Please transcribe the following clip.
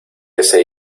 ese